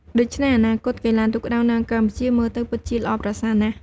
ដូច្នេះ អនាគតកីឡាទូកក្ដោងនៅកម្ពុជាមើលទៅពិតជាល្អប្រសើរណាស់។